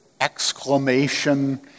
exclamation